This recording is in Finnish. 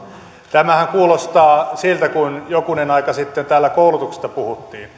tämähän kuulostaa siltä kuin jokunen aika sitten kun täällä koulutuksesta puhuttiin